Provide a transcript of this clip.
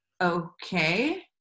Okay